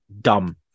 dumb